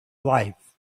wife